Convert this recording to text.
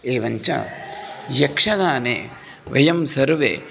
एवं च यक्षगाने वयं सर्वे